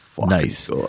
Nice